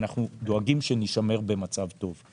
ואנחנו דואגים שנישמר במצב טוב.